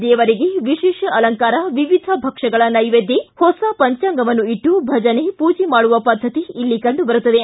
ದೇವರಿಗೆ ವಿಶೇಷ ಅಲಂಕಾರ ವಿವಿಧ ಭಕ್ಷಗಳ ಸೈವೇದ್ಯ ಹೊಸ ಪಂಚಾಂಗವನ್ನು ಇಟ್ಟು ಭಜನೆ ಪೂಜೆ ಮಾಡುವ ಪದ್ಧತಿ ಇಲ್ಲಿ ಕಂಡುಬರುತ್ತದೆ